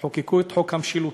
חוקקו את חוק המשילות.